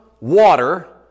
water